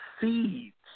seeds